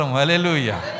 hallelujah